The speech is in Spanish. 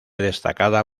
destacada